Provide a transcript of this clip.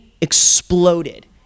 exploded